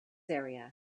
area